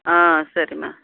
ஆ சரிம்மா